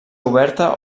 oberta